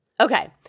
Okay